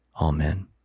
Amen